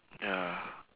ya